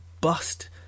bust